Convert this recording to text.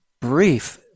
brief